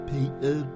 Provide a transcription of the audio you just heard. Peter